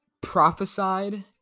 prophesied